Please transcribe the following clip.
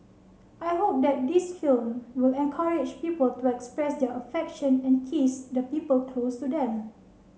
I hope that this film will encourage people to express their affection and kiss the people close to them